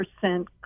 percent